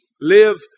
live